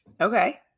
Okay